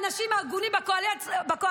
האנשים ההגונים בקואליציה,